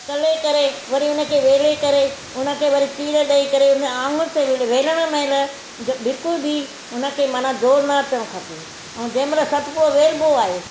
कले करे वरी उनखे वेले करे उन ते वरी चीरे ॾेई करे उनखे आङुर ते वेले वेलण महिल बि बिल्कुल बि उनखे मना जोर न अचणु खपे ऐं जंहिंमहिल सतपुड़ो वेलबो आहे